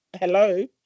Hello